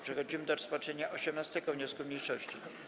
Przechodzimy do rozpatrzenia 18. wniosku mniejszości.